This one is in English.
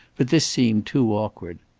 but this seemed too awkward.